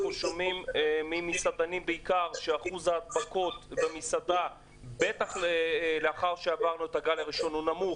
אנחנו שומעים ממסעדנים שאחוז ההדבקות במסעדות הוא נמוך.